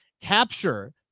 capture